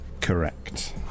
Correct